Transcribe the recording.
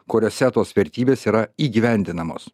kuriose tos vertybės yra įgyvendinamos